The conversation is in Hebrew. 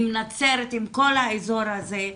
עם נצרת ועם כל האזור הזה.